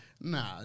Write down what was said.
nah